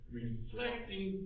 reflecting